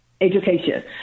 education